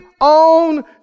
on